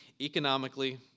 economically